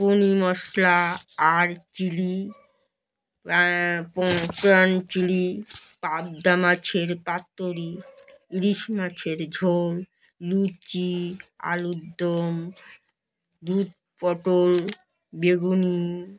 পনির মশলা আর চিলি প পণ চিলি পাবদা মাছের পাতুড়ি ইলিশ মাছের ঝোল লুচি আলুরদম দুধ পটল বেগুনি